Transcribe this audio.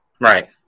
Right